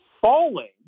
falling